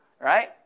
Right